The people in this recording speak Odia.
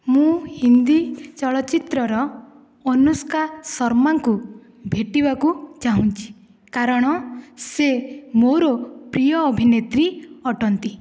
ମୁଁ ହିନ୍ଦୀ ଚଳଚ୍ଚିତ୍ରର ଅନୁଷ୍କା ଶର୍ମାଙ୍କୁ ଭେଟିବାକୁ ଚାହୁଁଛି କାରଣ ସିଏ ମୋର ପ୍ରିୟ ଅଭିନେତ୍ରୀ ଅଟନ୍ତି